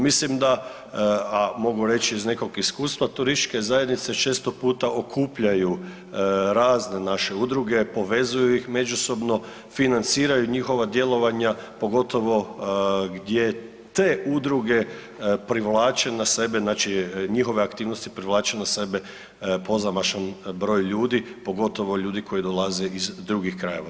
Mislim da, a mogu reći iz nekog iskustva, turističke zajednice često puta okupljaju razne naše udruge, povezuju ih međusobno, financiraju njihova djelovanja, pogotovo gdje te udruge privlače na sebe znači njihove aktivnosti privlače na sebe pozamašan broj ljudi, pogotovo ljudi koji dolaze iz drugih krajeva.